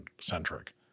centric